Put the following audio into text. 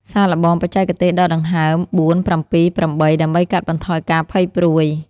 សាកល្បងបច្ចេកទេសដកដង្ហើម ៤,៧,៨ ដើម្បីកាត់បន្ថយការភ័យព្រួយ។